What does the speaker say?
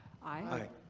aye.